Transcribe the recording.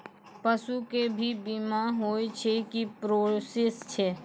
पसु के भी बीमा होय छै, की प्रोसेस छै?